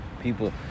people